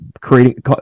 creating